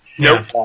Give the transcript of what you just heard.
Nope